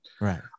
Right